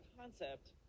concept